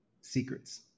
secrets